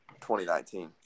2019